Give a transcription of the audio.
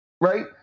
Right